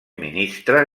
ministre